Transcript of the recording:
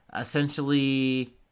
Essentially